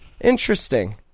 Interesting